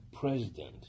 president